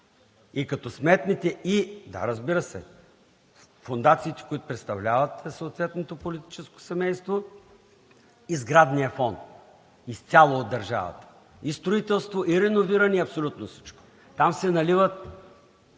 ЙОРДАН ЦОНЕВ: Да, разбира се. Фондациите, които представляват съответното политическо семейство и сградният фонд – изцяло от държавата, и строителство, и реновиране, и абсолютно всичко. Там се наливат